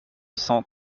cent